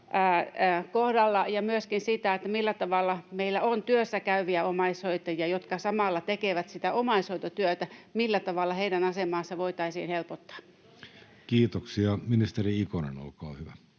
ja myöskin sitä, kun meillä on työssä käyviä omaishoitajia, jotka samalla tekevät sitä omaishoitotyötä, millä tavalla heidän asemaansa voitaisiin helpottaa. [Mia Laiho: Tosi tärkeätä!]